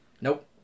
Nope